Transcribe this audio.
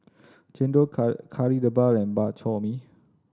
chendol Kari Debal and Bak Chor Mee